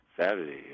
Saturday